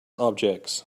objects